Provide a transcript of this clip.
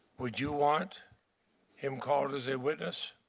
would you want him called as a witness?